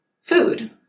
food